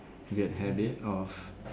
weird habit of